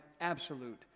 absolute